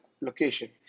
location